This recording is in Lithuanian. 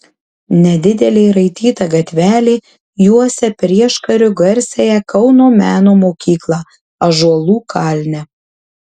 nedidelė raityta gatvelė juosia prieškariu garsiąją kauno meno mokyklą ąžuolų kalne